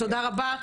תודה רבה.